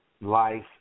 life